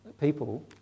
people